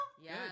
Yes